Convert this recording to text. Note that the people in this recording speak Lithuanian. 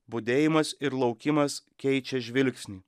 budėjimas ir laukimas keičia žvilgsnį